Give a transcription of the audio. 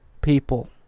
people